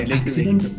accident